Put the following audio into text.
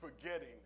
forgetting